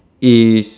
is